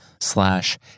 slash